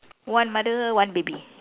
one mother one baby